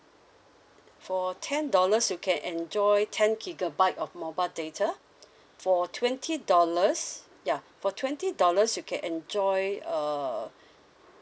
for ten dollars you can enjoy ten gigabyte of mobile data for twenty dollars ya for twenty dollars you can enjoy uh